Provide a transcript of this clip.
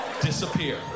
disappear